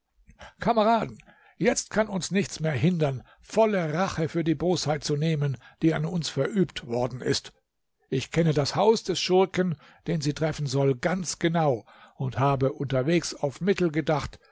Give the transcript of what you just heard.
kameraden jetzt kann uns nichts mehr hindern volle rache für die bosheit zu nehmen die an uns verübt worden ist ich kenne das haus des schurken den sie treffen soll ganz genau und habe unterwegs auf mittel gedacht